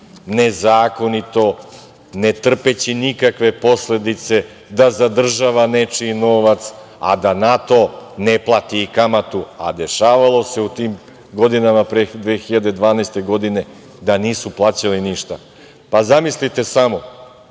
nezakonito, ne trpeći nikakve posledice, da zadržava nečiji novac a da na to ne plati ni kamatu, a dešavalo se u tim godinama pre 2012. godine da nisu plaćali ništa, pa, zamislite samo,